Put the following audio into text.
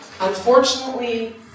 unfortunately